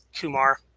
Kumar